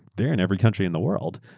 they're in every country in the world.